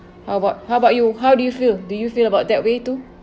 how about how about you how do you feel do you feel about that way too